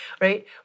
right